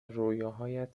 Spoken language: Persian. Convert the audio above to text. رویاهایت